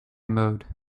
mode